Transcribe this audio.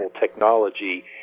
technology